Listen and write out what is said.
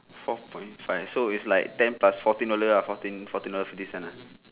four point five so it like ten plus fourteen dollar uh fourteen fourteen dollar fifty cents uh